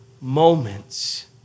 moments